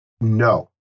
no